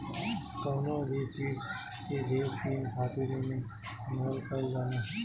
कवनो भी चीज जे ढेर दिन खातिर एमे संग्रहण कइल जाला